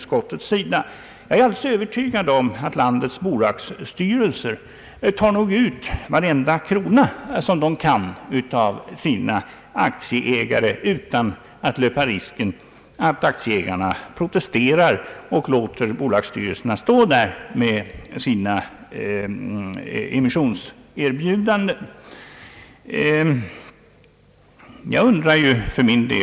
Jag är övertygad om att landets bolagsstyrelser tar ut varenda krona av sina aktieägare dock utan att taga risken att aktieägarna protesterar och låter bolagsstyrelserna stå där med sina emissionserbjudanden.